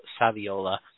Saviola